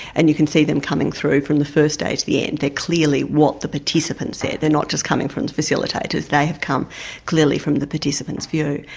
and you can see them coming through from the first day to the end. they're clearly what the participants said, they're not just coming from the facilitators. they have come clearly from the participants' view.